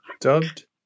dubbed